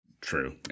True